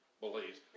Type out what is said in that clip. believes